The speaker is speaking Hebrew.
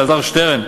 אלעזר שטרן,